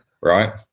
right